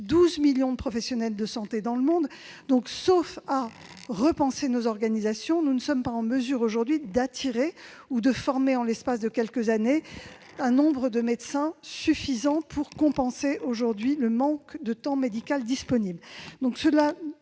12 millions de professionnels de santé dans le monde. Par conséquent, sauf à repenser nos organisations, nous ne sommes pas en mesure, aujourd'hui, d'attirer ou de former en l'espace de quelques années un nombre de médecins suffisant pour compenser les manques. Cela nécessite